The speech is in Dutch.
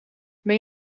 ben